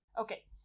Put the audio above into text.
Okay